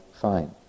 fine